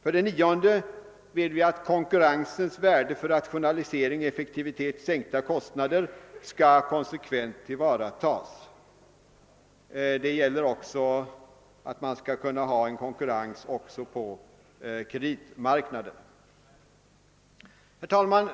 För det nionde vill vi att konkurrensens värde för rationalisering, effektivitet och sänkta kostnader skall konsekvent tillvaratas. Det gäller att man skall kunna ha en konkurrens också på kreditmarknaden. Herr talman!